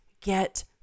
get